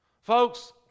Folks